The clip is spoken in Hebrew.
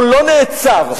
הוא לא נעצר, נשפט.